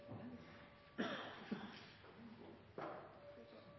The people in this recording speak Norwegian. ja,